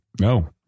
No